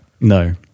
No